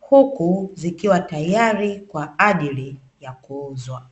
huku zikiwa tayari kwa ajili ya kuuzwa.